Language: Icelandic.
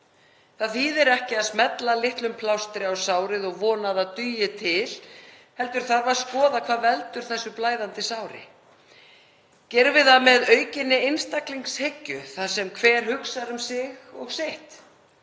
Það þýðir ekki að smella litlum plástri á sárið og vona að það dugi til heldur þarf að skoða hvað veldur þessu blæðandi sári. Gerum við það með aukinni einstaklingshyggju þar sem hver hugsar um sig og sitt?